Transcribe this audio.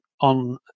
on